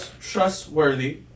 trustworthy